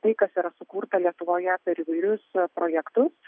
tai kas yra sukurta lietuvoje per įvairius projektus